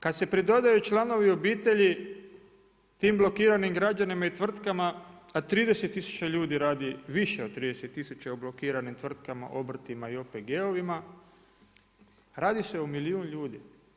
Kada se pridodaju članovi obitelji tim blokiranim građanima i tvrtkama, a 30 tisuća ljudi radi, više od 30 tisuća je u blokiranim tvrtkama, obrtima i OPG-ovim radi se o milijun ljudi.